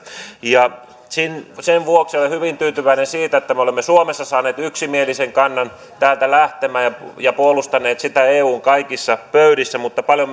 sen sen vuoksi olen hyvin tyytyväinen siihen että me olemme suomessa saaneet yksimielisen kannan täältä lähtemään ja puolustaneet sitä eun kaikissa pöydissä mutta paljon